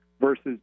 versus